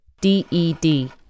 D-E-D